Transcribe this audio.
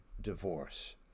divorce